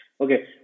Okay